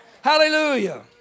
Hallelujah